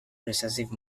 recessive